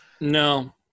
No